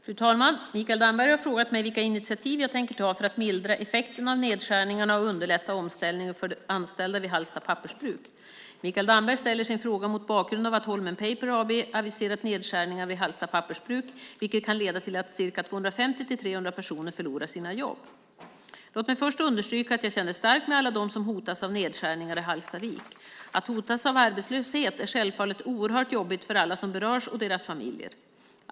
Fru talman! Mikael Damberg har frågat mig vilka initiativ jag tänker ta för att mildra effekten av nedskärningarna och underlätta omställningen för de anställda vid Hallsta pappersbruk. Mikael Damberg ställer sin fråga mot bakgrund av att Holmen Paper AB aviserat nedskärningar vid Hallsta pappersbruk, vilket kan leda till att 250-300 personer förlorar sina jobb. Låt mig först understryka att jag känner starkt med alla dem som hotas av nedskärningar i Hallstavik. Att hotas av arbetslöshet är självfallet oerhört jobbigt för alla som berörs och deras familjer.